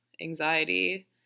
anxiety